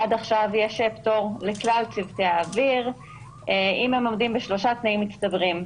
עד עכשיו יש פטור לכלל צוותי האוויר אם הם עומדים בשלושה תנאים מצטברים,